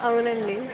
అవునండి